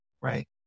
right